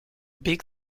big